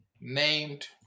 named